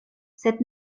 sed